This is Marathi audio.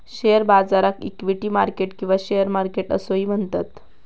शेअर बाजाराक इक्विटी मार्केट किंवा शेअर मार्केट असोही म्हणतत